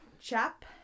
chap